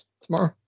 tomorrow